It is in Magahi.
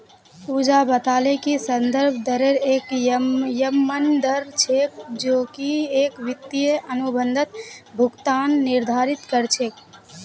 पूजा बताले कि संदर्भ दरेर एक यममन दर छेक जो की एक वित्तीय अनुबंधत भुगतान निर्धारित कर छेक